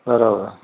बराबरि